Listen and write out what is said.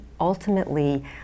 ultimately